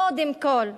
קודם כול.